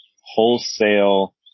wholesale